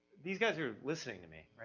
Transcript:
these guys are listening to me,